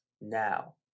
now